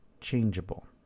changeable